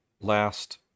last